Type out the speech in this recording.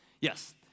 Yes